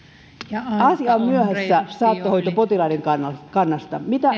asia on myöhässä saattohoitopotilaiden kannalta mitä